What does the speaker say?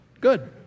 Good